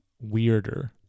weirder